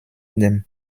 dem